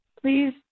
Please